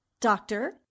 doctor